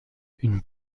une